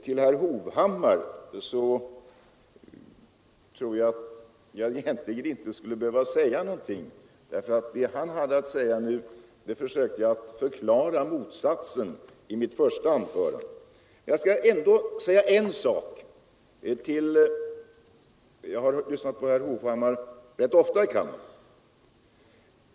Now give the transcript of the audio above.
Till herr Hovhammar tror jag att jag egentligen inte behöver säga någonting. Jag försökte i mitt första anförande förklara motsatsen till det han sade nu. Jag skall ändå säga en sak. Jag har lyssnat till herr Hovhammar rätt ofta i kammaren.